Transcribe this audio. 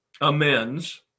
amends